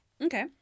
Okay